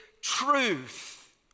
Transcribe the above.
truth